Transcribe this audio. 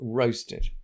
roasted